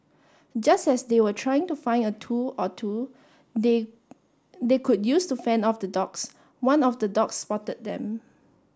just as they were trying to find a tool or two they they could use to fend off the dogs one of the dogs spotted them